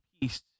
peace